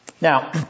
Now